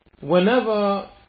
whenever